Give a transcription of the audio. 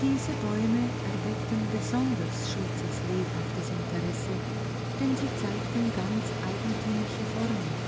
diese bäume erweckten besonders schultzes lebhaftes interesse denn sie zeigten ganz eigentümliche formen